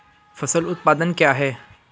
फसल उत्पादन क्या है?